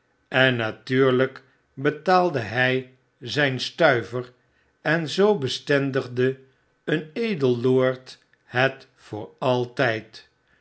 en natuurlyk betaalde hy zyn stuiver en zoo bestendigde een edel lord het voor altijd